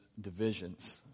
divisions